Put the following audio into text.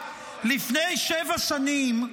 לפני שבע שנים,